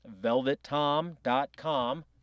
velvettom.com